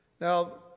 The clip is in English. Now